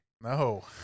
No